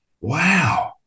wow